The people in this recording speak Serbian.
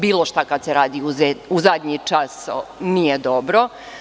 Bilo šta kada se radi u zadnji čas nije dobro.